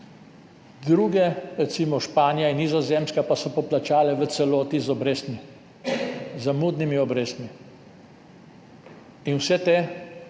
druge, recimo Španija in Nizozemska, pa so poplačale v celoti z obrestmi, z zamudnimi obrestmi. Vse te